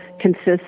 consists